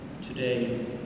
today